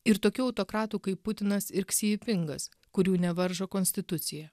ir tokių autokratų kaip putinas ir ksi ipingas kurių nevaržo konstitucija